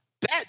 bet